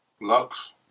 Lux